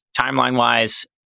Timeline-wise